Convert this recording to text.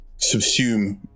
subsume